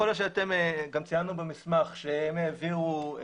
יכול להיות, גם ציינו במסמך, שהם העבירו,